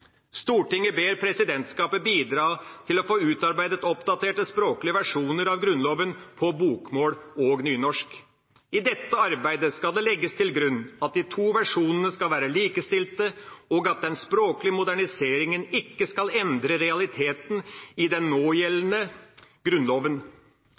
Stortinget 21. mai 2012, men i forbindelse med behandlinga av grunnlovsforslaget gjorde 151 representanter følgende vedtak: «Stortinget ber Presidentskapet bidra til å få utarbeidet oppdaterte språklige versjoner av Grunnloven på bokmål og nynorsk. I dette arbeidet skal det legges til grunn at de to versjonene skal være likestilte og at den språklige moderniseringen ikke